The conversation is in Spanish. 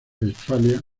westfalia